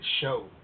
show